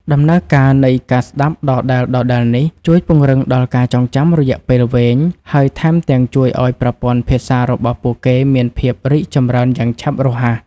ដំណើរការនៃការស្ដាប់ដដែលៗនេះ ជួយពង្រឹងដល់ការចងចាំរយៈពេលវែង ហើយថែមទាំងជួយឱ្យប្រព័ន្ធភាសារបស់ពួកគេមានភាពរីកចម្រើនយ៉ាងឆាប់រហ័ស